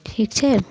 ठीक छै